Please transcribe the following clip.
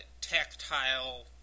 tactile